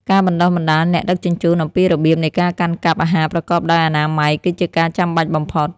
ការបណ្ដុះបណ្ដាលអ្នកដឹកជញ្ជូនអំពីរបៀបនៃការកាន់កាប់អាហារប្រកបដោយអនាម័យគឺជាការចាំបាច់បំផុត។